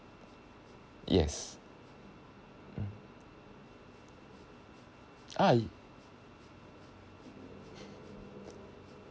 yes mm ah